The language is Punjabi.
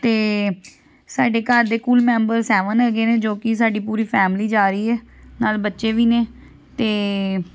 ਅਤੇ ਸਾਡੇ ਘਰ ਦੇ ਕੁੱਲ ਮੈਂਬਰ ਸੈਵਨ ਹੈਗੇ ਨੇ ਜੋ ਕਿ ਸਾਡੀ ਪੂਰੀ ਫੈਮਿਲੀ ਜਾ ਰਹੀ ਹੈ ਨਾਲ ਬੱਚੇ ਵੀ ਨੇ ਅਤੇ